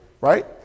right